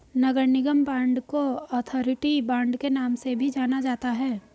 नगर निगम बांड को authority bond के नाम से भी जाना जाता है